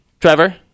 Trevor